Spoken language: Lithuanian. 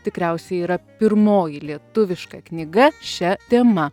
tikriausiai yra pirmoji lietuviška knyga šia tema